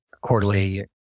quarterly